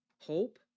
hope